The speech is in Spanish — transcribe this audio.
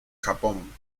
japón